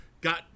got